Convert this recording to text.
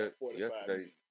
yesterday